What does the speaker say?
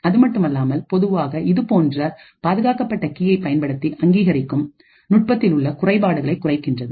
அதுமட்டுமல்லாமல் பொதுவாக இதுபோன்ற பாதுகாக்கப்பட்ட கீயை பயன்படுத்தி அங்கீகரிக்கும் நுட்பத்தில் உள்ள குறைபாடுகளை குறைகின்றது